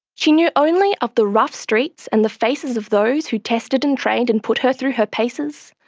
she knew only of the rough streets and the faces of those who tested and trained and put her through her paces.